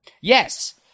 Yes